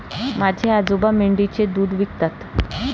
माझे आजोबा मेंढीचे दूध विकतात